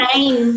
Nine